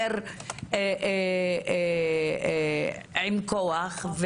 יותר עם כוח,